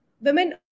women